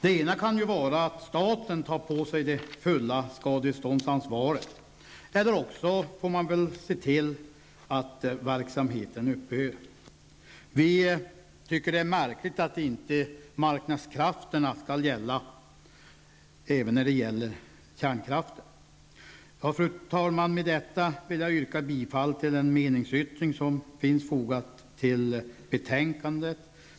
En lösning kan vara att staten tar på sig det fulla skadeståndsansvaret, eller också får man se till att verksamheten upphör. Vi tycker det är märkligt att inte marknadskrafterna skall gälla även när det handlar om kärnkraften. Fru talman! Med detta vill jag yrka bifall till den meningsyttring som finns fogad till betänkandet.